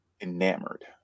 enamored